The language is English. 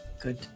Good